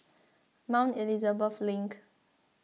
Mount Elizabeth Link